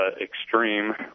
extreme